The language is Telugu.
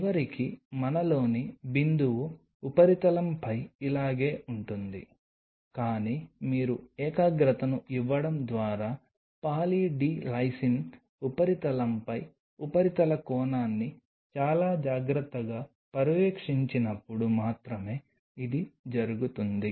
చివరికి మనలోని బిందువు ఉపరితలంపై ఇలాగే ఉంటుంది కానీ మీరు ఏకాగ్రతను ఇవ్వడం ద్వారా పాలీ డి లైసిన్ ఉపరితలంపై ఉపరితల కోణాన్ని చాలా జాగ్రత్తగా పర్యవేక్షించినప్పుడు మాత్రమే ఇది జరుగుతుంది